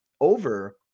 over